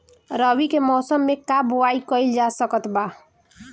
रवि के मौसम में का बोआई कईल जा सकत बा?